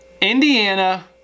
Indiana